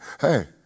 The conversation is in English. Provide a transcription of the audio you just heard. hey